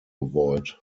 avoid